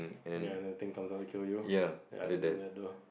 ya nothing comes out to kill you ya didn't do that though